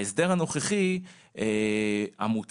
ההסדר הנוכחי המוצע,